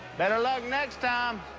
better luck next time.